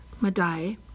Madai